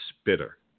Spitter